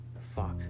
Fuck